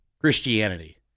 Christianity